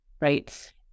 right